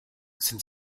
sind